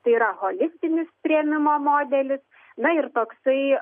tai yra holistinis priėmimo modelis na ir toksai